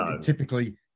typically